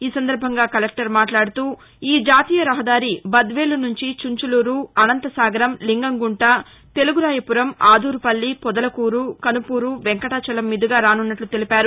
ఈ సందర్బంగా కలెక్టర్ మాట్లాడుతూ ఈ జాతీయ రహదారి బద్వేలు నుంచి చుంచులూరు అనంతసాగరం లింగంగుంట తెలుగు రాయపురం ఆదూరుపల్లి పొదలకూరు కనుపూరు వెంకటాచలం మీదుగా రానున్నట్ల తెలిపారు